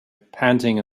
panting